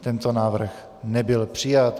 Tento návrh nebyl přijat.